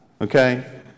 okay